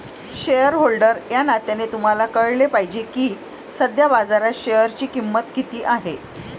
shareholder या नात्याने तुम्हाला कळले पाहिजे की सध्या बाजारात शेअरची किंमत किती आहे